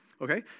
Okay